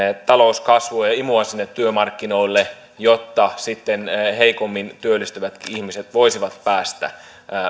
talouskasvua ja imua sinne työmarkkinoille jotta sitten heikommin työllistyvät ihmisetkin voisivat päästä